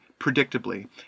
predictably